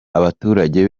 abaturage